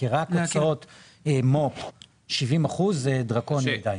כי רק הוצאות מו"פ 70% זה דרקוני מדי.